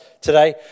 today